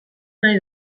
nahi